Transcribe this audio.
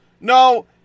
No